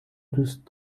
دوست